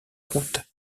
route